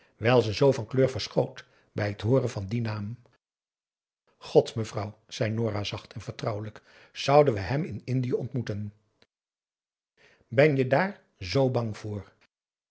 wijl ze zoo van kleur verschoot bij het hooren van dien naam god mevrouw zei nora zacht en vertrouwelijk zouden we hem in indië ontmoeten ben je daar zoo bang voor